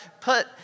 put